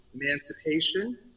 emancipation